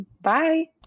Bye